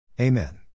Amen